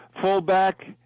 fullback